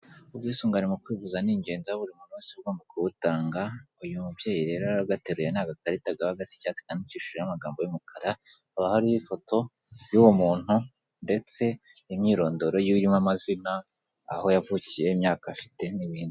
Ubwisungane mu kwivuza ni ingenzi aho buri muntu wese aba agomba kubutanga. Uyu mubyeyi rero aragateruye ni agarikarita kaba gasa icyatsi kandi kandikishijeho amagambo y'umukara, haba hariho ifoto y'uwo muntu ndetse imyirondoro yiwe, irimo amazina, aho yavukiye, imyaka afite n'ibindi.